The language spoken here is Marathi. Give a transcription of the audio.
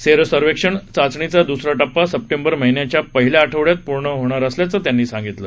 सेरो सर्वेक्षण चाचणीचा द्सरा टप्पा सप्टेंबर महिन्याच्या पहिल्या आठवड्यात पूर्ण होणार असल्याचं त्यांनी सांगितलं